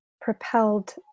propelled